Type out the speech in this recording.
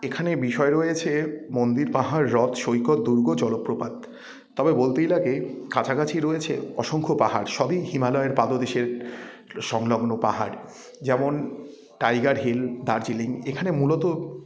এখানে বিষয় রয়েছে মন্দির পাহাড় হ্রদ সৈকত দূর্গ জলপ্রপাত তবে বলতেই লাগে কাছাকাছি রয়েছে অসংখ্য পাহাড় সবই হিমালয়ের পাদদেশের এগুলো সংলগ্ন পাহাড় যেমন টাইগার হিল দার্জিলিং এখানে মূলত